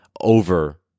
over